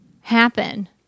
happen